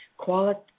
quality